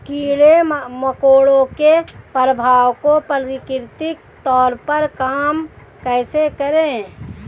कीड़े मकोड़ों के प्रभाव को प्राकृतिक तौर पर कम कैसे करें?